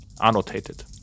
Annotated